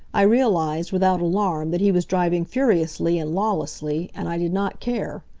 i realized, without alarm, that he was driving furiously and lawlessly, and i did not care.